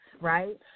right